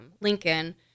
Lincoln